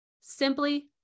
Simply